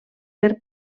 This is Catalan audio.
per